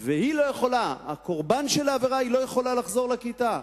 והיא לא יכולה, הקורבן של העבירה, לחזור לכיתה.